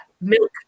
milk